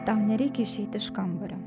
tau nereikia išeiti iš kambario